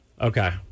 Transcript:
Okay